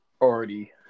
already